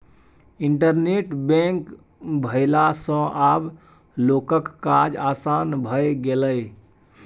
internet bank भेला सँ आब लोकक काज आसान भए गेलै